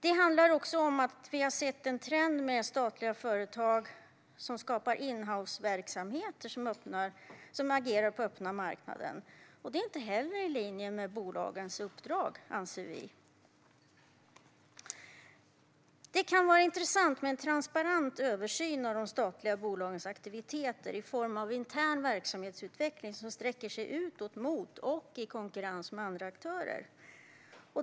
Vi har också sett en trend med statliga företag som skapar inhouseverksamheter som agerar på den öppna marknaden, och det är inte i linje med bolagens uppdrag, anser vi. Det kan vara intressant med en transparent översyn av de statliga bolagens aktiviteter i form av intern verksamhetsutveckling som sträcker sig utåt, mot och i konkurrens med andra aktörer.